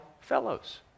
fellows